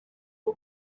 rwo